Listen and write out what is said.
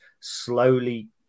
slowly